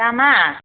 दामा